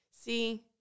See